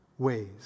Ways